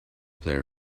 player